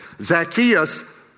Zacchaeus